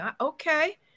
Okay